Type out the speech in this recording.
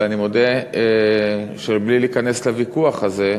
ואני מודה שבלי להיכנס לוויכוח הזה,